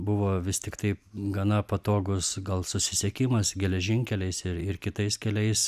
buvo vis tiktai gana patogus gal susisiekimas geležinkeliais ir ir kitais keliais